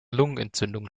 lungenentzündung